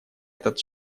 этот